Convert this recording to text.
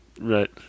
Right